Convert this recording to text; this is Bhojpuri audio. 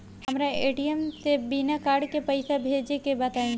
हमरा ए.टी.एम से बिना कार्ड के पईसा भेजे के बताई?